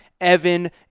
Evan